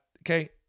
Okay